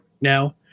Now